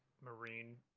marine